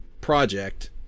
project